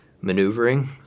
maneuvering